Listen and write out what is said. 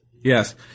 Yes